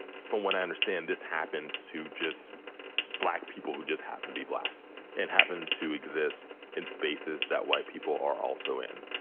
from what i understand, this happens to just black people who just happen to be black and happen to exist in spaces that white people are also in,